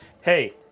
Hey